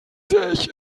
sich